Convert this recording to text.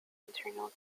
internal